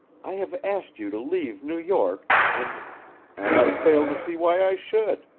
i have asked you to leave new york and and i fail to see why i should.